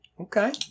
okay